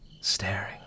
staring